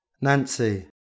Nancy